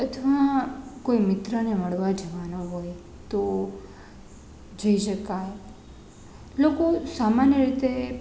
અથવા કોઈ મિત્રને મળવા જવાનો હોય તો જઈ શકાય લોકો સામાન્ય રીતે